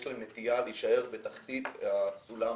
יש להן נטייה להישאר בתחתית סולם